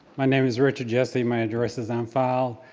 my name is richard jessie, my address is on file.